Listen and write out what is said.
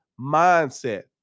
mindset